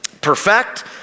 perfect